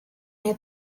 may